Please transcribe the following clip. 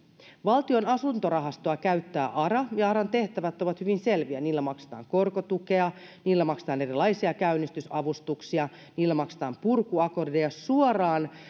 valtion asuntorahastoa käyttää ara ja aran tehtävät ovat hyvin selviä niillä maksetaan korkotukea niillä maksetaan erilaisia käynnistysavustuksia niillä maksetaan purkuakordeja suoraan